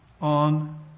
on